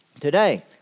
today